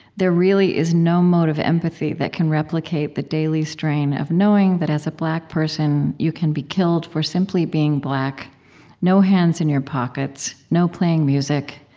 there really is no mode of empathy that can replicate the daily strain of knowing that as a black person you can be killed for simply being black no hands in your pockets, no playing music,